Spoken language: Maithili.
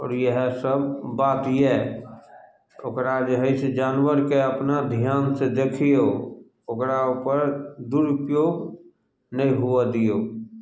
आओर इएहे सभ बात यऽ ओकरा जे हइ से जानवरके अपना ध्यानसँ दखियौ ओकरा उपर दुरुपयोग नहि हुअए दियौ